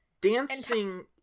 Dancing